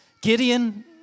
Gideon